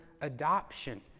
adoption